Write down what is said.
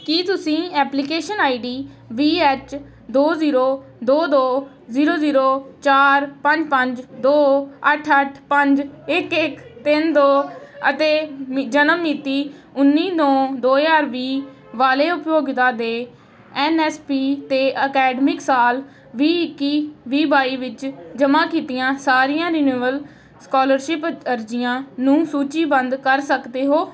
ਕੀ ਤੁਸੀਂ application I D V H ਦੋ zero ਦੋ ਦੋ ਜ਼ੀਰੋ ਜ਼ੀਰੋ ਚਾਰ ਪੰਜ ਪੰਜ ਦੋ ਅੱਠ ਅੱਠ ਪੰਜ ਇੱਕ ਇੱਕ ਤਿੰਨ ਦੋ ਅਤੇ ਮਿ ਜਨਮ ਮਿਤੀ ਉੱਨੀ ਨੌਂ ਦੋ ਹਜ਼ਾਰ ਵੀਹ ਵਾਲੇ ਉਪਭੋਗਤਾ ਦੇ ਐਨ ਐਸ ਪੀ ਅਤੇ ਅਕੈਡਮਿਕ ਸਾਲ ਵੀਹ ਇੱਕੀ ਵੀਹ ਬਾਈ ਵਿੱਚ ਜਮ੍ਹਾਂ ਕੀਤੀਆਂ ਸਾਰੀਆਂ ਰਿਨਿਵੇਲ ਸਕਾਲਰਸ਼ਿਪ ਅਰਜ਼ੀਆਂ ਨੂੰ ਸੂਚੀਬੱਧ ਕਰ ਸਕਦੇ ਹੋ